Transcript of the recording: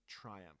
triumph